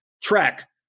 track